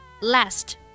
Last